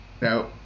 Now